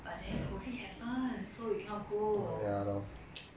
but then COVID happened so we cannot go